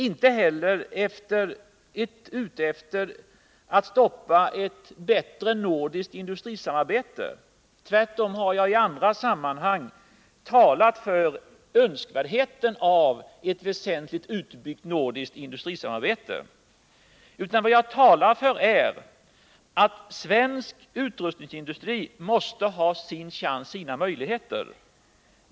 Inte heller är jag ute efter att stoppa ett bättre nordiskt industrisamarbete — utan det jag talar för är att den svenska utrustningsindustrin måste ha sin chans och sina möjligheter.